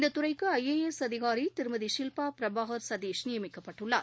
இந்தத் துறைக்கு I A S அதிகாரி திருமதி ஷில்பா பிரபாகர் சதீஷ் நியமிக்கப்பட்டுள்ளார்